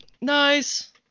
Nice